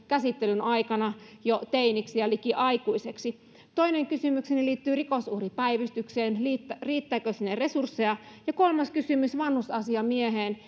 käsittelyn aikana jo teiniksi ja liki aikuiseksi toinen kysymykseni liittyy rikosuhripäivystykseen riittääkö sinne resursseja ja kolmas kysymys liittyy vanhusasiamieheen